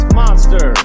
monster